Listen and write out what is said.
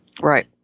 Right